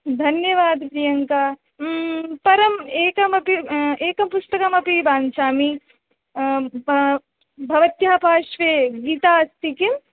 धन्यवादः प्रियाङ्का परम् एकमपि एकपुस्तकमपि वाञ्छामि भवत्याः पार्श्वे गीता अस्ति किम्